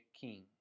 king